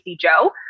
Joe